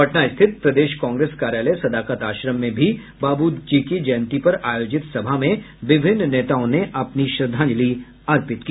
पटना स्थित प्रदेश कांग्रेस कार्यालय सदाकत आश्रम में बाबू जी की जयंती पर आयोजित सभा में विभिन्न नेताओं ने अपनी श्रद्धांजलि अर्पित की